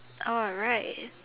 alright